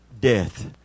death